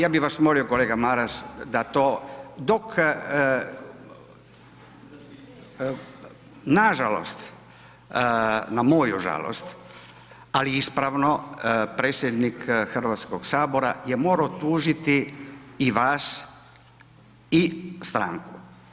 Ja bi vas molio kolega Maras da to dok, nažalost na moju žalost, ali ispravno, predsjednik Hrvatskog sabora je morao tužiti i vas i stranku.